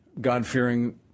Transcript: God-fearing